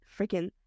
freaking